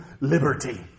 liberty